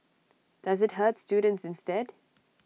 does IT hurt students instead